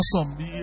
awesome